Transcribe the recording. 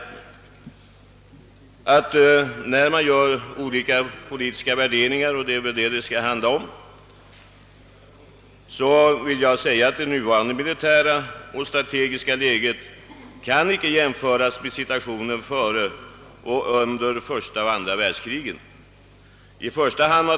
När man gör olika politiska värderingar, och det är väl det som det skall handla om här, vill jag säga, att det nuvarande militära och strategiska läget inte kan jämföras med situationen före och under första och andra världskrigen.